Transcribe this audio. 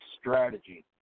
strategy